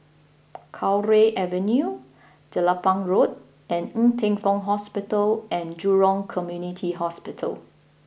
Cowdray Avenue Jelapang Road and Ng Teng Fong Hospital and Jurong Community Hospital